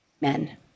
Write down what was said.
men